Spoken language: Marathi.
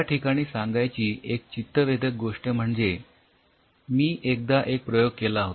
या ठिकाणी सांगायची एक चित्तवेधक गोष्ट म्हणजे मी एकदा एक प्रयोग केला